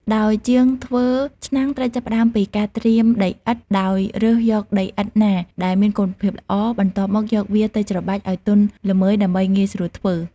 ដោយជាងធ្វើឆ្នាំងត្រូវចាប់ផ្ដើមពី ការត្រៀមដីឥដ្ឋ ដោយរើសយកដីឥដ្ឋណាដែលមានគុណភាពល្អ បន្ទាប់មកយកវាទៅច្របាច់ឲ្យទន់ល្មើយដើម្បីងាយស្រួលធ្វើ។